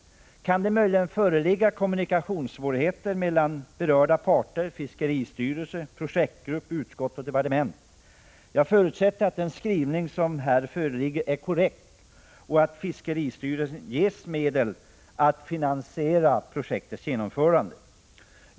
Kan det möjligen föreligga kommunikationssvårigheter mellan berörda parter; fiskeristyrelse, projektgrupp, utskott och departement? Jag förutsätter att den skrivning som finns i betänkandet är korrekt och att fiskeristyrelsen ges medel att finansiera projektets genomförande.